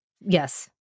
Yes